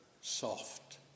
soft